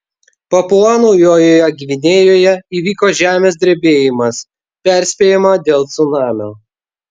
papua naujojoje gvinėjoje įvyko žemės drebėjimas perspėjama dėl cunamio